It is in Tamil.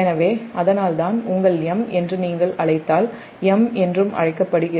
எனவே அதனால்தான் உங்கள் M என்று நீங்கள் அழைத்தால் M என்றும் அழைக்கப்படுகிறது